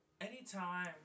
anytime